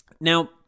Now